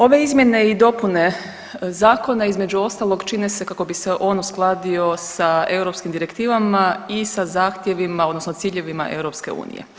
Ove izmjene i dopune zakona između ostalog čine se kako bi se on uskladio sa europskim direktivama i sa zahtjevima odnosno ciljevima EU.